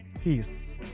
Peace